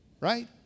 right